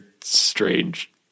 strange